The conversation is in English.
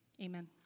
Amen